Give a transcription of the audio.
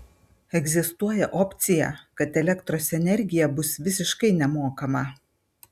egzistuoja opcija kai elektros energija bus visiškai nemokama